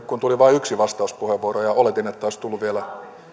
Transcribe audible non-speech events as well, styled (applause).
(unintelligible) kun tuli vain yksi vastauspuheenvuoro ja oletin että olisi tullut vielä